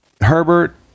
Herbert